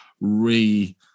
re-